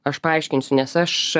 aš paaiškinsiu nes aš